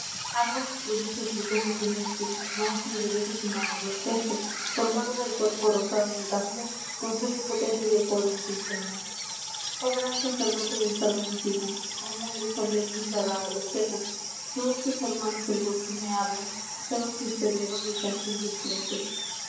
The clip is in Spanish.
t que produces frutos de silencio p aestr de besos y mago de orquestas q rrtlado del cuerpo rosado de dafne n savia potente de apolo en tus venas oh ran sacerdote del saber antiguo mudo solemne cerrado a las quejas sóh s tus ermanos del bosque me hablan tú severo mi canción desprecias